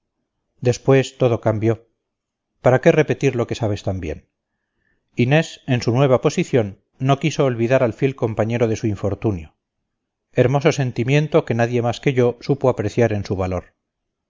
después todo cambió para qué repetir lo que sabes tan bien inés en su nueva posición no quiso olvidar al fiel compañero de su infortunio hermoso sentimiento que nadie más que yo supo apreciar en su valor